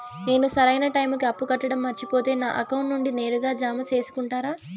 నేను సరైన టైముకి అప్పు కట్టడం మర్చిపోతే నా అకౌంట్ నుండి నేరుగా జామ సేసుకుంటారా?